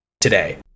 today